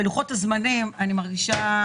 אני חושבת